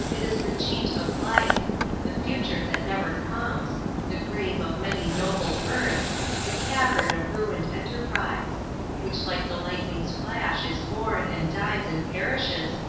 it is the cheat of life the future that never comes the grave of many noble births the cavern of ruined enterprise which like the lightning's flash is born, and dies, and perishes,